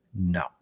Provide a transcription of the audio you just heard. No